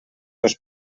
dos